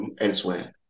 elsewhere